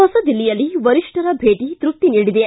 ಹೊಸದಿಲ್ಲಿಯಲ್ಲಿ ವರಿಷ್ಠರ ಭೇಟಿ ತೃಪ್ತಿ ನೀಡಿದೆ